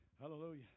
Hallelujah